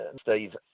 steve